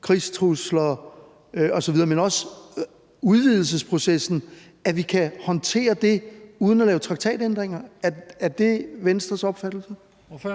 krigstrusler osv., men også udvidelsesprocessen, og at vi kan håndtere det uden at lave traktatændringer? Er det Venstres opfattelse? Kl.